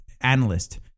analyst